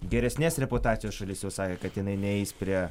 geresnės reputacijos šalis jau sakė kad jinai neis prie